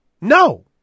No